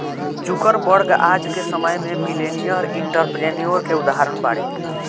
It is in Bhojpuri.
जुकरबर्ग आज के समय में मिलेनियर एंटरप्रेन्योर के उदाहरण बाड़े